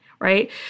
Right